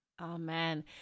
Amen